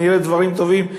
נראה דברים טובים,